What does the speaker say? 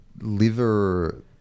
liver